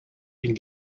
can